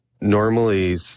normally